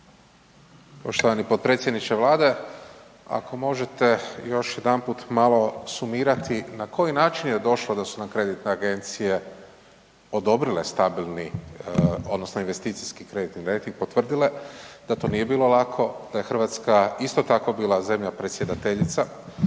Poštovani potpredsjedniče Vlade. Ako možete još jedanput malo sumirati na koji način je došlo da su kreditne agencije odobrile stabilni odnosno investicijski kreditni rejting potvrdile, da to nije bilo lako, da je Hrvatska isto tako bila zemlja predsjedateljica,